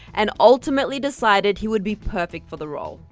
and ultimately decided he would be perfect for the role.